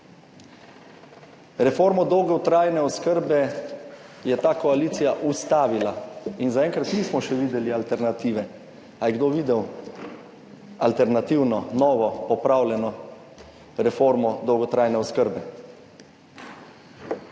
Reformo dolgotrajne oskrbe je ta koalicija ustavila in zaenkrat nismo še videli alternative, a je kdo videl alternativno novo, popravljeno reformo dolgotrajne oskrbe,